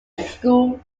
school